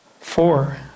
Four